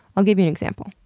i'll give you an example,